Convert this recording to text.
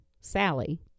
Sally